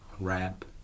Rap